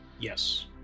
Yes